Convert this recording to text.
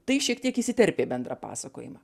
tai šiek tiek įsiterpia į bendrą pasakojimą